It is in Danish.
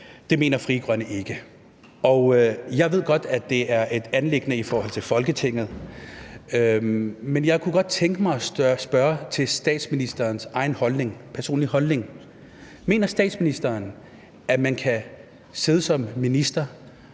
Det mener Frie Grønne ikke. Jeg ved godt, at det er et anliggende i forhold til Folketinget, men jeg kunne godt tænke mig at spørge til statsministerens egen holdning, personlige holdning: Mener statsministeren, at man kan sidde som minister